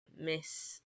miss